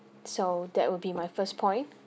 so that would be my first point